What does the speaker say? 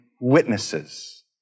witnesses